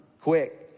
quick